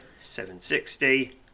760